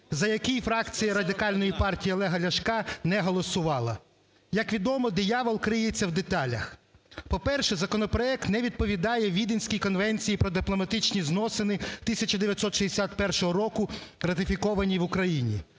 за який фракція Радикальної партії Олега Ляшка не голосувала. Як відомо, диявол криється в деталях. По-перше, законопроект не відповідає Віденській конвенції про дипломатичні зносини 1961 року, ратифікованій в Україні.